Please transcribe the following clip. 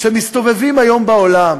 שמסתובבים היום בעולם